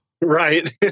Right